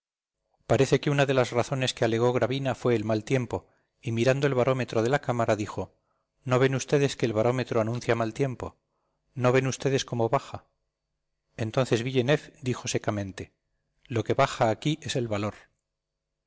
parece que una de las razones que alegó gravina fue el mal tiempo y mirando el barómetro de la cámara dijo no ven ustedes que el barómetro anuncia mal tiempo no ven ustedes cómo baja entonces villeneuve dijo secamente lo que baja aquí es el valor